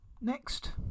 Next